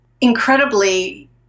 incredibly